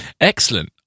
Excellent